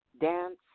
dance